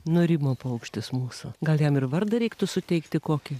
nurimo paukštis mūsų gal jam ir vardą reiktų suteikti kokį